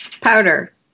Powder